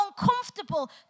uncomfortable